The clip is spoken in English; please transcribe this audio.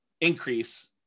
increase